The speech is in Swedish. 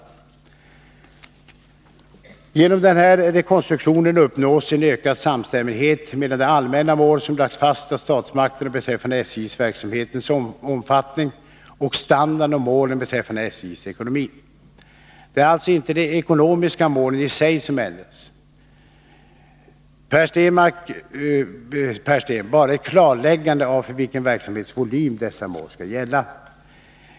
Genom den här rekonstruktionen uppnås en ökad samstämmighet mellan de allmänna mål som lagts fast av statsmakterna beträffande SJ-verksamhetens omfattning och standard och målen beträffande SJ:s ekonomi. Det är alltså inte de ekonomiska målen i sig som ändras, Per Stenmarck, bara ett klarläggande av för vilken verksamhetsvolym dessa mål skall gälla.